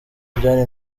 byari